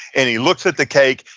and he looks at the cake,